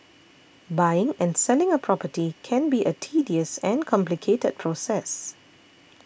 buying and selling a property can be a tedious and complicated process